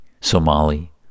Somali